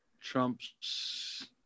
Trump's